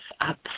up